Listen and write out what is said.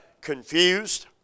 confused